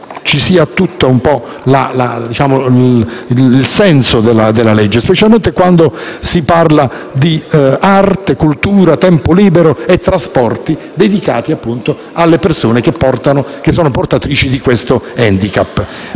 vi sia un po' tutto il senso della legge, specialmente quando si parla di arte, cultura, tempo libero e trasporti dedicati alle persone portatrici di questo *handicap*.